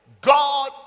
God